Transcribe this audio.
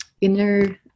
Inner